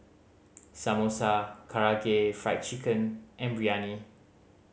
Samosa Karaage Fried Chicken and Biryani